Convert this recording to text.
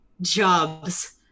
jobs